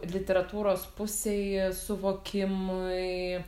literatūros pusei suvokimui